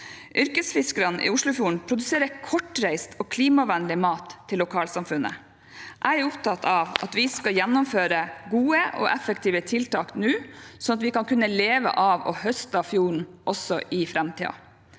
Yrkesfiskerne i Oslofjorden produserer kortreist og klimavennlig mat til lokalsamfunnet. Jeg er opptatt av at vi skal gjennomføre gode og effektive tiltak nå, slik at vi skal kunne leve av å høste av fjorden også i framtiden.